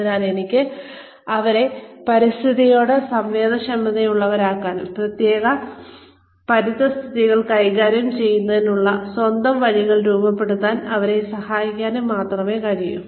അതിനാൽ എനിക്ക് അവരെ പരിസ്ഥിതിയോട് സംവേദനക്ഷമതയുള്ളവരാക്കാനും പ്രത്യേക പരിതസ്ഥിതികൾ കൈകാര്യം ചെയ്യുന്നതിനുള്ള സ്വന്തം വഴികൾ രൂപപ്പെടുത്താൻ അവരെ സഹായിക്കാനും മാത്രമേ കഴിയൂ